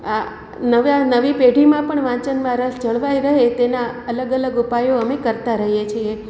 આ નવા નવી પેઢીમાં પણ વાંચનમાં પણ રસ જળવાઈ રહે તેના અલગ અલગ ઉપાયો અમે કરતા રહીએ છીએ